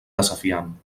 desafiant